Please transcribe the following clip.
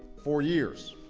for years,